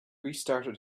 restarted